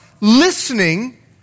listening